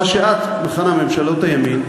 מה שאת מכנה ממשלות הימין,